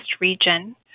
region